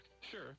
Sure